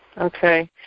Okay